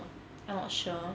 I not sure